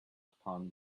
upon